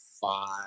five